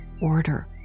order